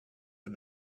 but